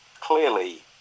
clearly